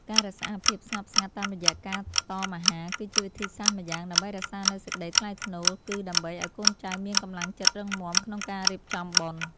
ការរក្សាភាពស្ងប់ស្ងាត់តាមរយៈការតមអាហារគឺជាវិធីសាស្ត្រម្យ៉ាង ដើម្បីរក្សានូវសេចក្តីថ្លៃថ្នូរ គឺដើម្បីឱ្យកូនចៅមានកម្លាំងចិត្តរឹងមាំក្នុងការរៀបចំបុណ្យ។